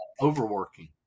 overworking